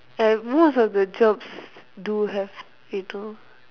and most of the jobs do have it though